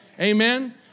Amen